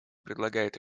предлагают